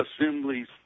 assemblies